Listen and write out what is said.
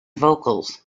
vocals